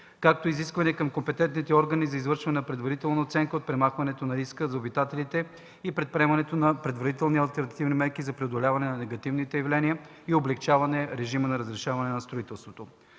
както и изисквания към компетентните органи за извършване на предварителна оценка на последиците от премахването, риска за обитателите и предприемане на предварителни алтернативни мерки за преодоляване на негативните явления и облекчаване режима на разрешаване на строителството.